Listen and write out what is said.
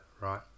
right